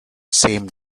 same